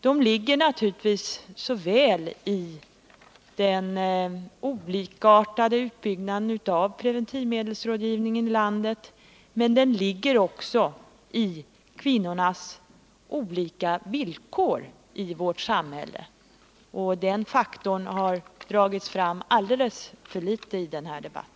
De ligger naturligtvis såväl i den olikartade utbyggnaden av preventivmedelsrådgivningen i landet som i kvinnornas olika villkor i vårt samhälle. Den faktorn har dragits fram alldeles för litet i denna debatt.